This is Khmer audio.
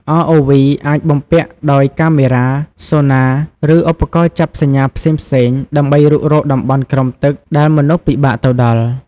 ROV អាចបំពាក់ដោយកាមេរ៉ា Sonar ឬឧបករណ៍ចាប់សញ្ញាផ្សេងៗ ដើម្បីរុករកតំបន់ក្រោមទឹកដែលមនុស្សពិបាកទៅដល់។